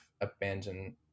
abandon